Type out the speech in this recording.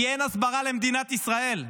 כי אין הסברה למדינת ישראל,